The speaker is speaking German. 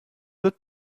wird